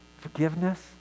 forgiveness